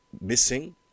missing